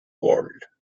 world